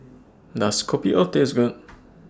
Does Kopi O Taste Good